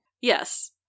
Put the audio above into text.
Yes